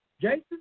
Jason